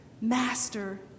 Master